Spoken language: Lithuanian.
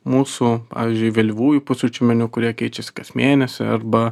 mūsų pavyzdžiui vėlyvųjų pusryčių meniu kurie keičiasi kas mėnesį arba